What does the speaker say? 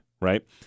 right